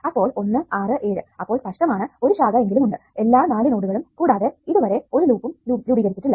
അപ്പോൾ 1 6 7 അപ്പോൾ സ്പഷ്ടമാണ് ഒരു ശാഖ എങ്കിലും ഉണ്ട് എല്ലാ നാല് നോഡുകളും കൂടാതെ ഇതുവരെ ഒരു ലൂപും രൂപീകരിച്ചിട്ടില്ല